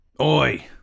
Oi